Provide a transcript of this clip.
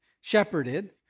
shepherded